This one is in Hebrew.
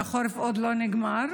והחורף עוד לא נגמר.